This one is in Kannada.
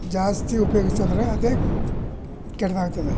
ಜಾಸ್ತಿ ಉಪಯೋಗಿಸಿದರೆ ಅದೇ ಕೆಟ್ಟದಾಗ್ತದೆ